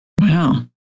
Wow